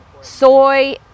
soy